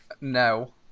No